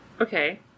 okay